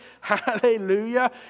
Hallelujah